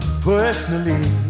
personally